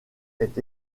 est